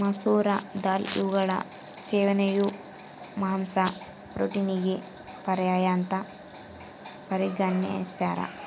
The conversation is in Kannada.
ಮಸೂರ ದಾಲ್ ಇವುಗಳ ಸೇವನೆಯು ಮಾಂಸ ಪ್ರೋಟೀನಿಗೆ ಪರ್ಯಾಯ ಅಂತ ಪರಿಗಣಿಸ್ಯಾರ